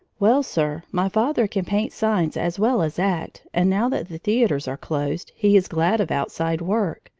well, sir, my father can paint signs as well as act, and now that the theaters are closed he is glad of outside work.